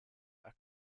are